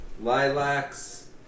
lilacs